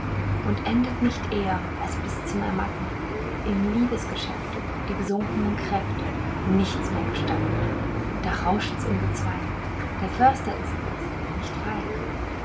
und endet nicht eher als bis zum ermatten im liebesgeschäfte die gesunkenen kräfte nichts mehr gestatten da rauscht's im gezweig der förster ist es nicht feig